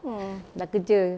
mm sudah kerja